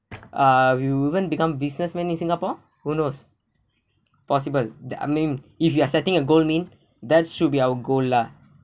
ah we will even become businessman in singapore who knows possible that I mean if you are setting a gold mean that should be our goal lah